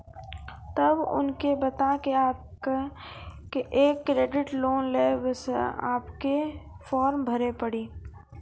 तब उनके बता के आपके के एक क्रेडिट लोन ले बसे आपके के फॉर्म भरी पड़ी?